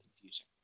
confusing